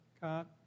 God